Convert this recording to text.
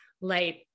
Light